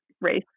race